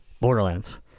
Borderlands